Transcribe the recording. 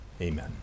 amen